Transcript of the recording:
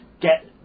get